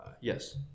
Yes